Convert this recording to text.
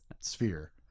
sphere